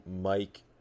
Mike